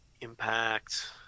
Impact